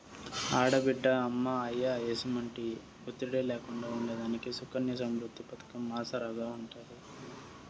ఆడబిడ్డ అమ్మా, అయ్య ఎసుమంటి ఒత్తిడి లేకుండా ఉండేదానికి సుకన్య సమృద్ది పతకం ఆసరాగా ఉంటాది